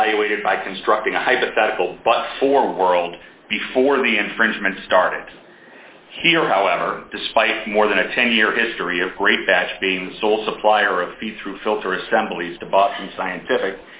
evaluated by constructing a hypothetical but for world before the infringement started here however despite more than a ten year history of greatbatch being the sole supplier of feed through filter assemblies to boston scientific